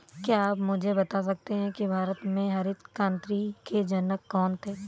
क्या आप मुझे बता सकते हैं कि भारत में हरित क्रांति के जनक कौन थे?